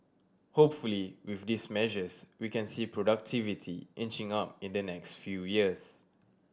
hopefully with these measures we can see productivity inching up in the next few years